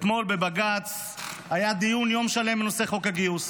בבג"ץ היה דיון יום שלם בנושא חוק הגיוס,